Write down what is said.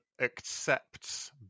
accepts